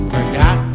Forgot